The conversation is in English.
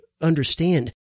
understand